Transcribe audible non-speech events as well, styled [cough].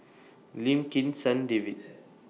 Lim Kim San David [noise]